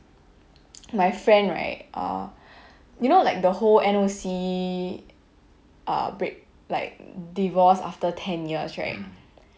my friend right ah you know like the whole and N_O_C uh break like divorce after ten years sharing